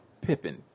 Pippen